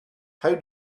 how